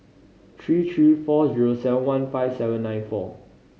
three three four zero seven one five seven nine four